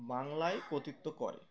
বাংলায় কৃতিত্ব করে